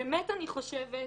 באמת אני חושבת,